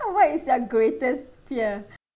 what is your greatest fear